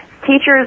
teachers